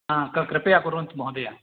हा क कृपया कुर्वन्तु महोदय